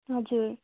हजुर